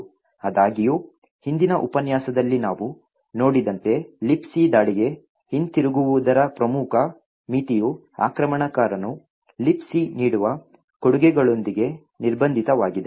ಆದಾಗ್ಯೂ ಹಿಂದಿನ ಉಪನ್ಯಾಸದಲ್ಲಿ ನಾವು ನೋಡಿದಂತೆ Libc ದಾಳಿಗೆ ಹಿಂತಿರುಗುವುದರ ಪ್ರಮುಖ ಮಿತಿಯು ಆಕ್ರಮಣಕಾರನು Libc ನೀಡುವ ಕೊಡುಗೆಗಳೊಂದಿಗೆ ನಿರ್ಬಂಧಿತವಾಗಿದೆ